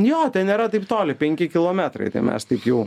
jo nėra taip toli penki kilometrai tai mes taip jau